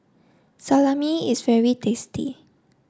salami is very tasty